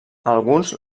alguns